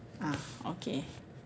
ah okay